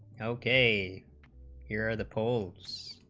ok here the polls